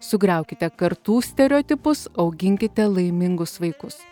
sugriaukite kartų stereotipus auginkite laimingus vaikus